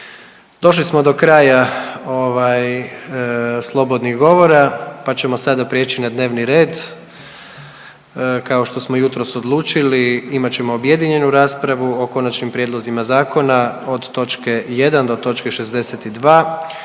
Došli smo do kraja slobodnih govora pa ćemo sada prijeći na dnevni red. Kao što smo jutros odlučili imat ćemo objedinjenu raspravu o konačnim prijedlozima zakona od točke 1. do točke 62.